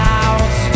out